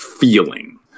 feeling